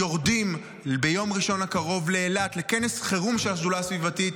יורדים ביום ראשון הקרוב לאילת לכנס חירום של השדולה הסביבתית,